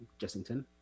jessington